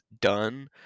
done